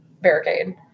barricade